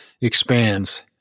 expands